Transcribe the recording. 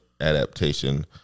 adaptation